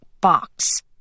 box